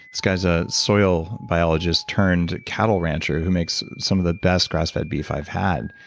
this guy's a soil biologist turned cattle rancher, who makes some of the best grass-fed beef i've had.